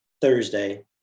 Thursday